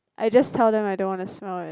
I just tell them I don't want to smell it